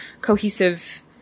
cohesive